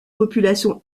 population